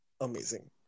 amazing